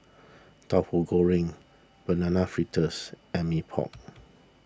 Tauhu Goreng Banana Fritters and Mee Pok